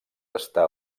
està